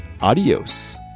adios